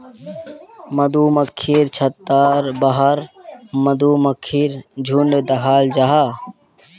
मधुमक्खिर छत्तार बाहर मधुमक्खीर झुण्ड दखाल जाहा